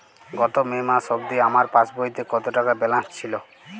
গত মে মাস অবধি আমার পাসবইতে কত টাকা ব্যালেন্স ছিল?